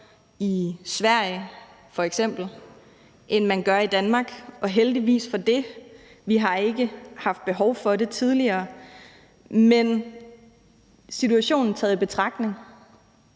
Sverige, end man gør i Danmark, og heldigvis for det. Vi har ikke haft behov for det tidligere, men situationen taget i betragtning